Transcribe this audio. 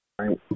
Right